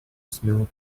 smooth